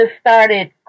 started